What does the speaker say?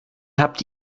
habt